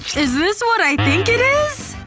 is this what i think it is?